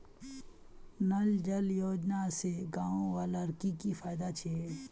नल जल योजना से गाँव वालार की की फायदा छे?